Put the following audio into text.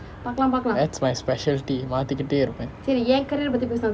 that's my specialty மாத்திக்கிட்டே இருப்பேன்:maathikitte iruppen